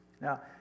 Now